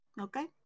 Okay